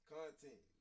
Content